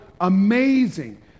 amazing